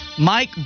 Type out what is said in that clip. Mike